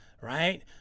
Right